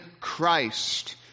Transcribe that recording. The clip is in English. Christ